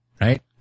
right